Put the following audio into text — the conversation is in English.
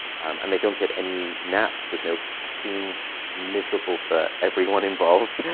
and they don't get any naps. there's no caffeine. it's miserable for everyone involved.